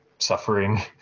suffering